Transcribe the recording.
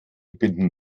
binden